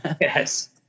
yes